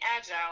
agile